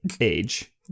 age